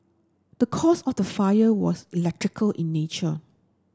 the cause of the fire was electrical in nature